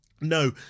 No